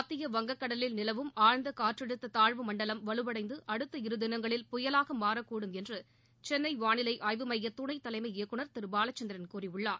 மத்திய வங்கக்கடலில் நிலவும் ஆழ்ந்த காற்றழுத்த தாழ்வு மண்டலம் வலுவடைந்து அடுத்த இரு தினங்களில் புயலாக மாறக்கூடும் என்று சென்னை வானிலை ஆய்வு மைய துணைத்தலைமை இயக்குநர் திரு பாலச்சந்திரன் கூறியுள்ளார்